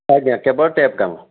ଆଜ୍ଞା କେବଳ ଟ୍ୟାପ୍ କାମ